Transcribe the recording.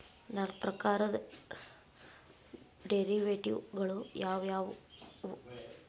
ನಾಲ್ಕ್ ಪ್ರಕಾರದ್ ಡೆರಿವೆಟಿವ್ ಗಳು ಯಾವ್ ಯಾವವ್ಯಾವು?